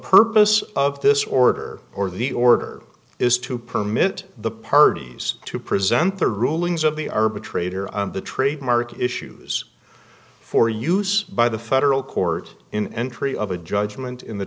purpose of this order or the order is to permit the parties to present the rulings of the arbitrator on the trademark issues for use by the federal court in entry of a judgment in the